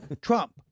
Trump